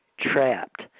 trapped